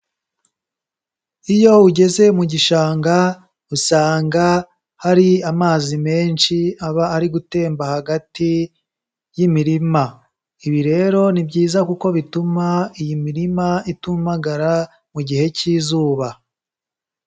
Iyo ugeze mu gishanga usanga hari amazi menshi aba ari gutemba hagati y'imirima, ibi rero ni byiza kuko bituma iyi mirima itumagara mu gihe cy'izuba.